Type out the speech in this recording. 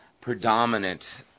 predominant